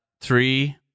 three